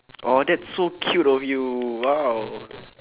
!aww! that's so cute of you !wow!